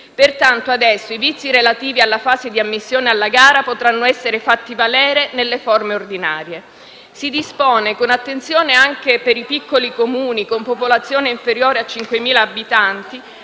Pertanto, adesso i vizi relativi alla fase di ammissione alla gara potranno essere fatti valere nelle forme ordinarie. Si dispone, con attenzione anche per i piccoli Comuni con popolazione inferiore a 5.000 abitanti,